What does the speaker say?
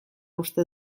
uste